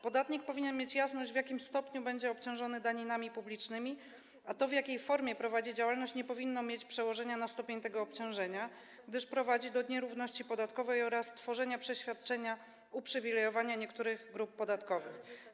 Podatnik powinien mieć jasność, w jakim stopniu będzie obciążony daninami publicznymi, a to, w jakiej formie prowadzi działalność, nie powinno mieć przełożenia na stopień tego obciążenia, gdyż prowadzi do nierówności podatkowej oraz tworzenia przeświadczenia uprzywilejowania niektórych grup podatkowych.